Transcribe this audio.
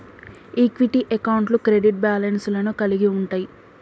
equity అకౌంట్లు credit balance లను కలిగి ఉంటయ్